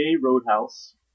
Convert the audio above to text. roadhouse